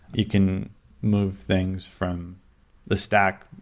you can move things from the stack,